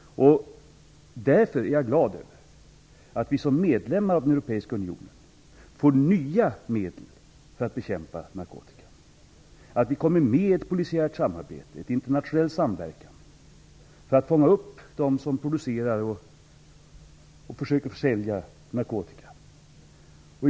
Därför är jag glad över att vi som medlemmar av den Europeiska unionen får nya medel för att bekämpa narkotikan, att vi kommer med i ett internationellt polisiärt samarbete för att fånga upp dem som producerar och försöker sälja narkotika.